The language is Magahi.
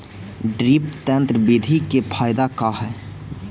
ड्रिप तन्त्र बिधि के फायदा का है?